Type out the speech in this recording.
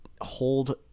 hold